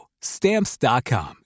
Stamps.com